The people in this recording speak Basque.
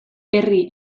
herri